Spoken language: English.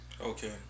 Okay